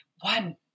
one